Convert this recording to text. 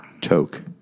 Toke